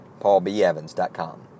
PaulBEvans.com